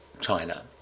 China